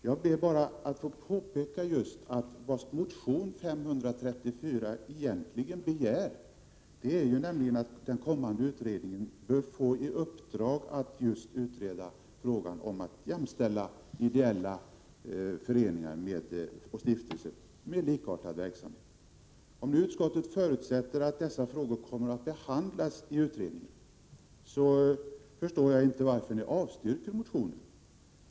Jag ber bara att få peka på vad som egentligen begärs i motion Sk534 i det avseendet, nämligen att den kommande utredningen bör få i uppdrag att utreda frågan om ett jämställande av ideella föreningar och stiftelser med likartad verksamhet. Om nu utskottet förutsätter att dessa frågor kommer att behandlas i utredningen, förstår jag inte varför ni avstyrker motionen.